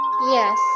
Yes